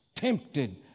tempted